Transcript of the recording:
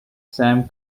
sam